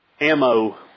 ammo